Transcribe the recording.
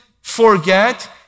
forget